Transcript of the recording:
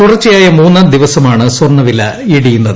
തുടർച്ചയായ മൂന്നാം ദിവസമാണ് സ്വർണ്ണവില ഇടിയുന്നത്